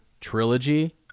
trilogy